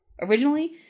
originally